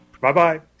Bye-bye